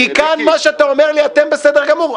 כי כאן מה שאתה אומר לי: אתם בסדר גמור.